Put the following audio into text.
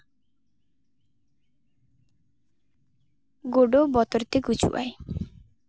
ᱜᱳᱰᱳ ᱵᱚᱛᱚᱨᱛᱮ ᱜᱩᱡᱩᱜᱼᱟᱭ